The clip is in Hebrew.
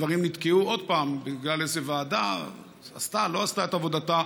הדברים נתקעו עוד פעם בגלל איזו ועדה שעשתה או לא עשתה את עבודתה.